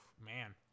man